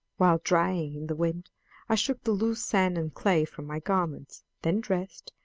while drying in the wind i shook the loose sand and clay from my garments, then dressed,